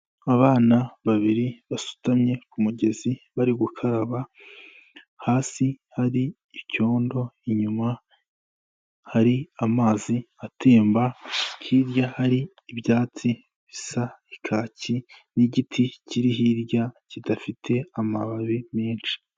Abana babiri basutamye ku mugezi bari gukaraba, hasi hari icyondo inyuma hari amazi atemba, hirya hari ibyatsi bisa ikaki n'igiti kiri hirya kidafite amababi menshi.